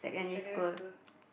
secondary school